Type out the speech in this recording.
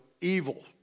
evil